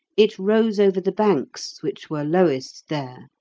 it rose over the banks which were lowest there,